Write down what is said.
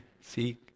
See